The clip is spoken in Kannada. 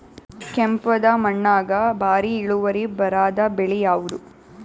ಕೆಂಪುದ ಮಣ್ಣಾಗ ಭಾರಿ ಇಳುವರಿ ಬರಾದ ಬೆಳಿ ಯಾವುದು?